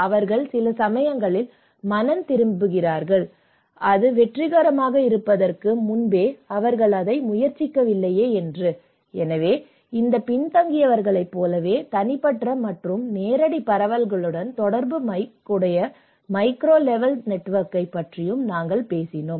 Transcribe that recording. அவர்கள் சில சமயங்களில் மனந்திரும்புகிறார்கள் அது வெற்றிகரமாக இருப்பதற்கு முன்பே அவர்கள் அதை முயற்சிக்கவில்லை எனவே இந்த பின்தங்கியவர்களைப் போலவே தனிப்பட்ட மற்றும் நேரடி பரவல்களுடன் தொடர்புடைய மைக்ரோ லெவல் நெட்வொர்க்கைப் பற்றியும் நாங்கள் பேசினோம்